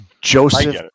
Joseph